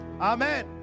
amen